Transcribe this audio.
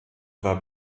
war